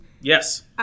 Yes